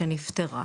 שנפתרה.